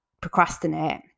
procrastinate